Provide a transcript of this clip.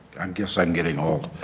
and guess i am getting old